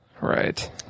Right